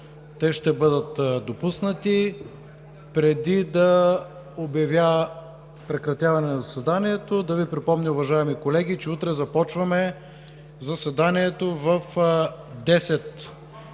те ще бъдат допуснати. Преди да обявя прекратяване на заседанието, ще Ви припомня, уважаеми колеги, че утре започваме заседанието в 10,00